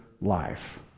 life